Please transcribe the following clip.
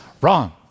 Wrong